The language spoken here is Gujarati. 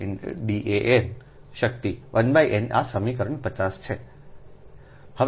D an શક્તિ 1 n આ સમીકરણ 50 છે